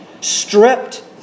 stripped